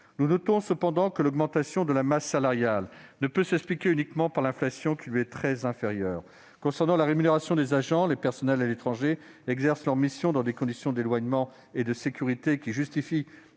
Nous notons cependant que l'augmentation de la masse salariale ne peut s'expliquer uniquement par l'inflation, qui lui est très inférieure. Concernant la rémunération des agents, les personnels à l'étranger exercent leurs missions dans des conditions d'éloignement et de sécurité qui justifient